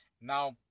now